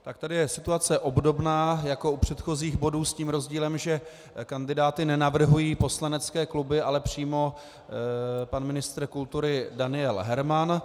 Tak tady je situace obdobná jako u předchozích bodů s tím rozdílem, že kandidáty nenavrhují poslanecké kluby, ale přímo pan ministr kultury Daniel Herman.